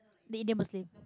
the Indian Muslim